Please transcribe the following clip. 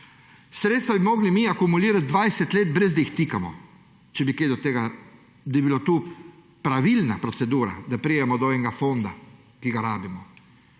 Sredstva bi mogli mi akumulirat 20 let, brez da jih tikamo, če bi kaj do tega, da bi bilo to pravilna procedura, da pridemo do enega fonda, ki ga rabimo.